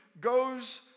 goes